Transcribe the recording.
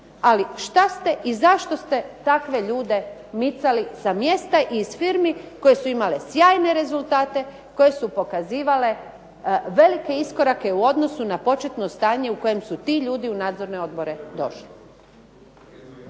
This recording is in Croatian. ali šta ste i zašto ste takve ljude micali sa mjesta i iz firmi koje su imale sjajne rezultate, koje su pokazivale velike iskorake u odnosu na početno stanje u kojem su ti ljudi u nadzorne odbore došli.